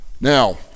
Now